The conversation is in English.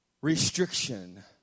restriction